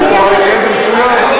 אם התשובה היא כן, זה מצוין.